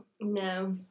No